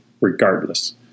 regardless